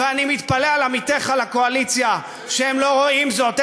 ואני מתפלא על עמיתיך לקואליציה שהם לא רואים זאת.